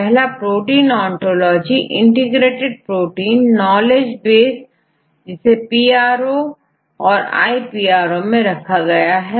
पहला protein ontology integrated protein knowledge base जिसेPRO औरiPRO मैं रखा गया है